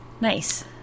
nice